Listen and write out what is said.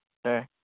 दे